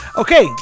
Okay